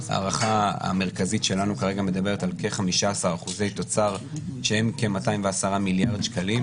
ההערכה המרכזית שלנו כרגע מדברת על כ-15% תוצר שהם כ-210 מיליארד שקלים.